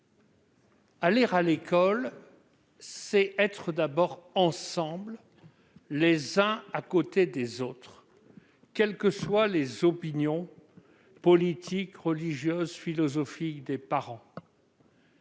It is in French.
Aller à l'école, c'est d'abord être ensemble les uns à côté des autres, quelles que soient les opinions politiques, religieuses, philosophiques et les